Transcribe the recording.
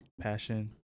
Passion